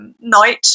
Night